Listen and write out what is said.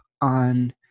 on